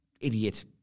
idiot